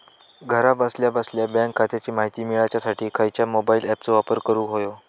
घरा बसल्या बसल्या बँक खात्याची माहिती मिळाच्यासाठी खायच्या मोबाईल ॲपाचो वापर करूक होयो?